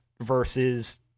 versus